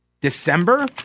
December